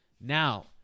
Now